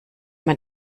man